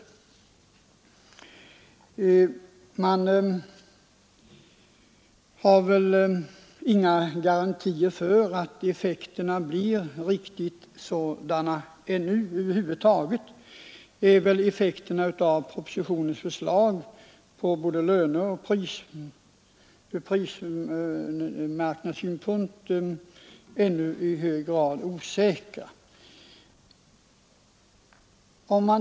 Det finns väl inga garantier för att effekten blir riktigt sådan: över huvud taget är väl effekterna av propositionens förslag på både löner och priser ännu i hög grad osäkra.